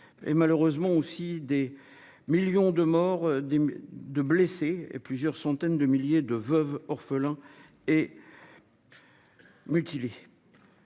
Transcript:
Et malheureusement aussi des millions de morts des deux blessés et plusieurs centaines de milliers de veuves orphelins et. Mutilé.